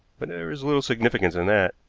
but there is little significance in that.